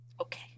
Okay